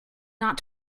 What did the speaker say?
not